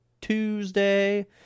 Tuesday